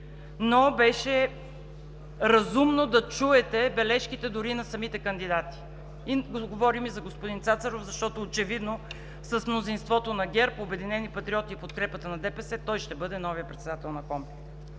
но беше разумно да чуете бележките дори и на самите кандидати – говорим за господин Цацаров, защото, очевидно с мнозинството на ГЕРБ, „Обединени патриоти“ и подкрепата на ДПС той ще бъде новият председател на КОНПИ.